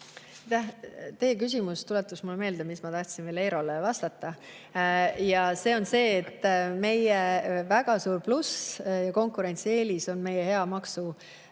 Teie küsimus tuletas mulle meelde, mis ma tahtsin veel Eerole vastata. Ja see on meie väga suur pluss ja konkurentsieelis, et meil on hea